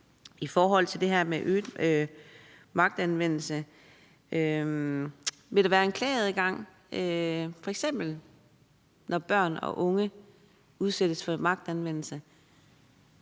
i forhold til det her med øget magtanvendelse: Vil der være en klageadgang, f.eks. når børn og unge udsættes for magtanvendelse?